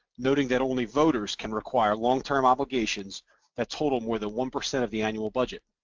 noting that only voters can require long term obligations that total more than one percent of the annual budget.